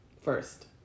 first